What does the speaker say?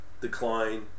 decline